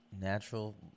natural